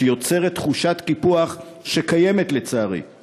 מישהו לא יודע את מצוקת הצעירים הערבים בישראל?